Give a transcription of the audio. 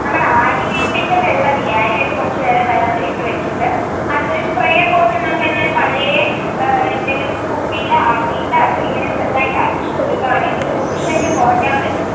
നമ്മുടെ ആര്യവേപ്പിന്റെ വെള്ളം ഇല്ലേ ആര്യവേപ്പ് കുറച്ചുനേരം വെള്ളത്തിലിട്ട് വെച്ചിട്ട് അതൊരു സ്പ്രേ ബോട്ട് നമുക്ക് എന്തെങ്കിലും പഴയ എന്തെങ്കിലും കുപ്പിയിൽ ആക്കിയിട്ട് അതിലിങ്ങനെ ചെറുതായിട്ട് അടിച്ചുകൊടുക്കുകയാണെങ്കിൽ പുഴു ശല്യം കുറക്കാൻ പറ്റും